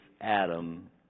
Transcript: Adam